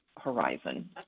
horizon